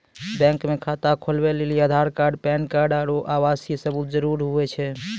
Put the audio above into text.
bank मे खाता खोलबै लेली आधार कार्ड पैन कार्ड आरू आवासीय सबूत जरुरी हुवै छै